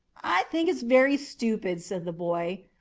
i think it's very stupid, said the boy.